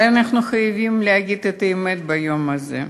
אבל אנחנו חייבים להגיד את האמת ביום הזה.